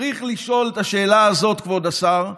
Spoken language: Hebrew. צריך לשאול את השאלה הזאת, כבוד השר: